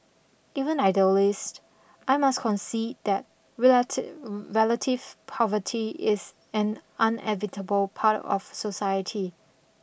even idealist I must concede that relative poverty is an part of society